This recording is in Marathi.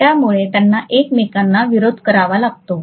त्यामुळे त्यांना एकमेकांना विरोध करावा लागतो